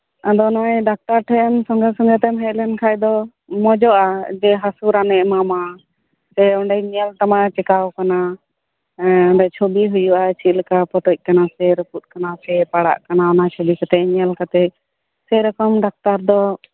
ᱟᱫᱚ ᱱᱚᱜ ᱚᱭ ᱰᱟᱠᱛᱟᱨ ᱴᱷᱮᱜ ᱮᱡ ᱥᱚᱝᱜᱮ ᱥᱚᱝᱜᱮᱛᱮᱢ ᱦᱮᱡ ᱞᱮᱱ ᱠᱷᱟᱡ ᱫᱚ ᱢᱚᱸᱡᱚᱜᱼᱟ ᱡᱮ ᱦᱟᱥᱩ ᱨᱟᱱᱮ ᱮᱢᱟᱢᱟ ᱥᱮ ᱚᱸᱰᱮ ᱧᱮᱞ ᱛᱟᱢᱟᱭ ᱪᱤᱠᱟᱹᱣ ᱠᱟᱱᱟ ᱦᱮᱸ ᱪᱷᱚᱵᱤ ᱦᱩᱭᱩᱜᱼᱟ ᱪᱮᱜ ᱞᱮᱠᱟ ᱯᱚᱴᱚᱡ ᱠᱟᱱᱟ ᱥᱮ ᱨᱟᱯᱩᱫ ᱠᱟᱱᱟ ᱥᱮ ᱯᱟᱲᱟᱜ ᱠᱟᱱᱟ ᱚᱱᱟ ᱪᱷᱚᱵᱤ ᱠᱟᱛᱮᱜ ᱧᱮᱞ ᱠᱟᱛᱮᱜ ᱥᱮ ᱨᱚᱠᱚᱢ ᱰᱟᱠᱛᱟᱨ ᱫᱚ